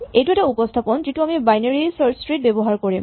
এইটো এটা উপস্হাপন যিটো আমি বাইনেৰী চাৰ্চ ট্ৰী ত ব্যৱহাৰ কৰিম